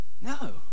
No